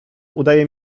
udaje